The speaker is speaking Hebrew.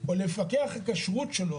מועצת הרבנות הראשית.